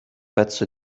pezzo